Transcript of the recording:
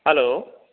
hello